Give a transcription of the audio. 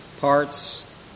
parts